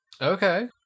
Okay